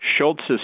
Schultz's